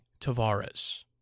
Tavares